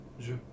Je